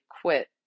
quit